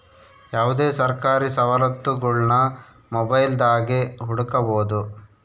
ಯಾವುದೇ ಸರ್ಕಾರಿ ಸವಲತ್ತುಗುಳ್ನ ಮೊಬೈಲ್ದಾಗೆ ಹುಡುಕಬೊದು